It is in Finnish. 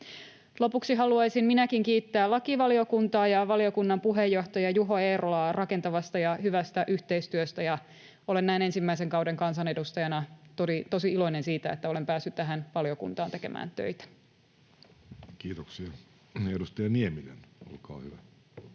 Lopuksi haluaisin minäkin kiittää lakivaliokuntaa ja valiokunnan puheenjohtaja Juho Eerolaa rakentavasta ja hyvästä yhteistyöstä. Olen näin ensimmäisen kauden kansanedustajana tosi iloinen siitä, että olen päässyt tähän valiokuntaan tekemään töitä. [Speech 376] Speaker: Jussi